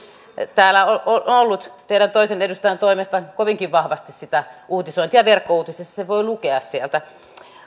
täällä on ollut teidän toisen edustajanne toimesta kovinkin vahvasti sitä uutisointia verkkouutisista sen voi lukea